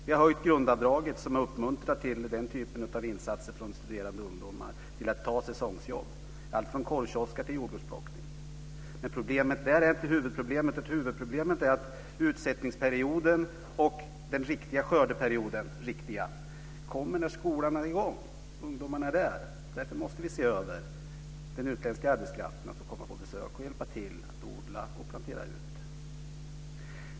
Vi har höjt grundavdraget, och det uppmuntrar studerande ungdomar att ta säsongsjobb. Det kan vara allt från korvkiosker till jordgubbsplockning. Men det är inte huvudproblemet. Huvudproblemet är att utsättningsperioden och den riktiga skördeperioden kommer när skolan är i gång och ungdomarna är där. Därför måste vi se över hur den utländska arbetskraften ska kunna få komma på besök och hjälpa till att odla och plantera ut.